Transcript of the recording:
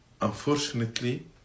Unfortunately